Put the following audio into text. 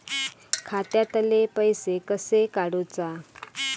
खात्यातले पैसे कशे काडूचा?